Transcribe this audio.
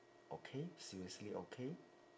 okay seriously okay